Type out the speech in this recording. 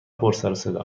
پرسروصدا